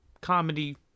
comedy